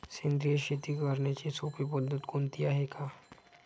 सेंद्रिय शेती करण्याची सोपी पद्धत कोणती आहे का?